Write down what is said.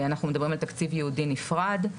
אנחנו מדברים על תקציב ייעודי נפרד.